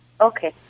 Okay